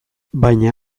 baina